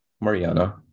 Mariana